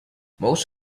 most